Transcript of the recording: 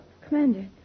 Commander